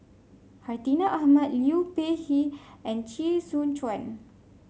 Hartinah Ahmad Liu Peihe and Chee Soon Juan